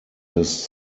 his